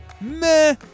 meh